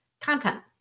content